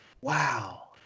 Wow